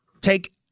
take